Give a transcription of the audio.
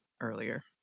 earlier